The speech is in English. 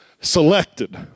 selected